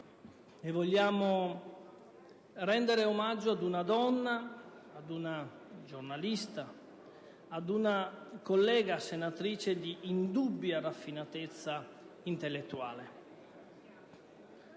vogliamo rendere omaggio ad una donna, ad una giornalista, ad una collega senatrice di indubbia raffinatezza intellettuale,